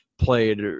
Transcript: Played